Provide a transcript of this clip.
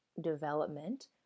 development